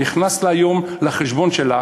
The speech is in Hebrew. נכנסו לה היום לחשבון שלה